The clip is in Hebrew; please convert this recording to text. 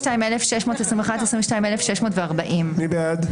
22,641 עד 22,660. מי בעד?